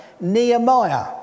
Nehemiah